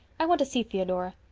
i want to see theodora.